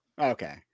okay